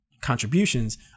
contributions